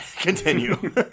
Continue